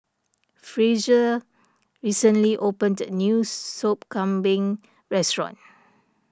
Frazier recently opened a new Sop Kambing restaurant